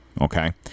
Okay